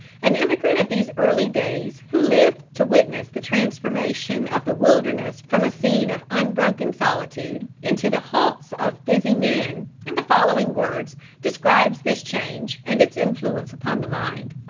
an emigrant of these early days who lived to witness the transformation of the wilderness from a scene of unbroken solitude into the haunts of busy men, in the following words describes this change and its influence upon the mind